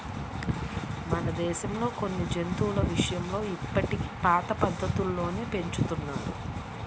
మన దేశంలో కొన్ని జంతువుల విషయంలో ఇప్పటికీ పాత పద్ధతుల్లోనే పెంచుతున్నారు